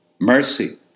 mercy